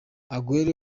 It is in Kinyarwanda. aguero